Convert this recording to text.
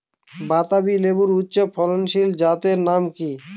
বাতাবি লেবুর উচ্চ ফলনশীল জাতের নাম কি?